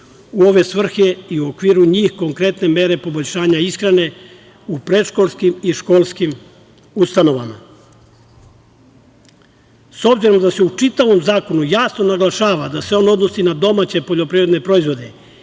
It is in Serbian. u ove svrhe i u okviru njih konkretne mere poboljšanja ishrane u predškolskim i školskim ustanovama.S obzirom da se u čitavom zakonu jasno naglašava da se on odnosi na domaće poljoprivredne proizvode,